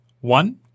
One